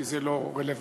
כי זה לא רלוונטי,